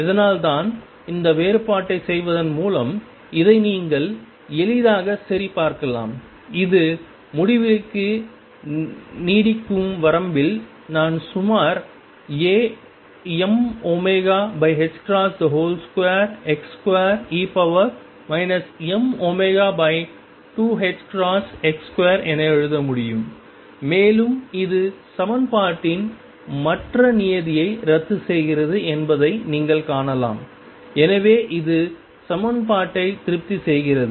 அதனால்தான் இந்த வேறுபாட்டைச் செய்வதன் மூலம் இதை நீங்கள் எளிதாகச் சரிபார்க்கலாம் இது முடிவிலிக்கு நீட்டிக்கும் வரம்பில் நான் சுமார் Amω2x2e mω2ℏx2 என எழுத முடியும் மேலும் இது சமன்பாட்டின் மற்ற நியதியை ரத்துசெய்கிறது என்பதை நீங்கள் காணலாம் எனவே இது சமன்பாட்டை திருப்தி செய்கிறது